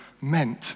meant